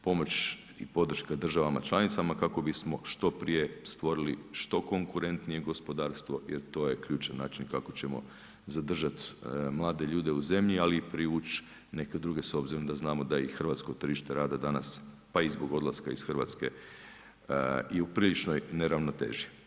Pomoć i podrška državama članicama kako bismo što prije stvorili što konkurentnije gospodarstvo jer to je ključan način kako ćemo zadržati mlade ljude u zemlji ali i privući neke druge s obzirom da znamo da i hrvatsko tržište rada pa i zbog odlaska iz Hrvatske je u priličnoj neravnoteži.